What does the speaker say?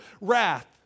wrath